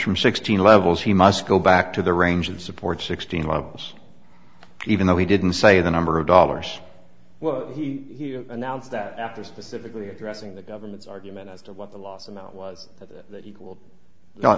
from sixteen levels he must go back to the range of support sixteen miles even though he didn't say the number of dollars well he announced that after specifically addressing the government's argument as to what the loss of that was equal